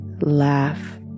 laugh